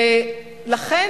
לכן,